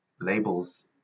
Labels